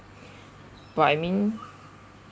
but I mean